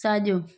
साॼो